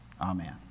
Amen